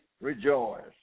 rejoice